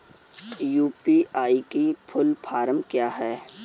UPI की full form क्या है?